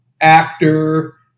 actor